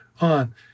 on